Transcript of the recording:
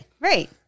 Right